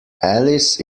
alice